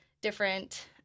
different